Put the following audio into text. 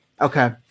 Okay